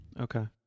Okay